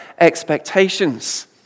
expectations